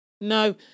no